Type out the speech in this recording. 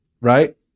right